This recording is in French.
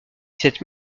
cette